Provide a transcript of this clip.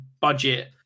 budget